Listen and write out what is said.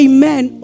Amen